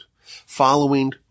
following